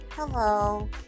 Hello